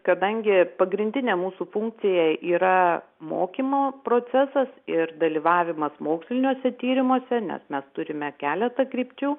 kadangi pagrindinė mūsų funkcija yra mokymo procesas ir dalyvavimas moksliniuose tyrimuose nes mes turime keletą krypčių